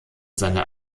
seine